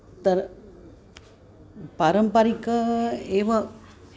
तर पारम्परिकम् एव